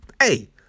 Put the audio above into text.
hey